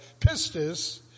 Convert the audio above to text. Pistis